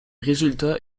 résultat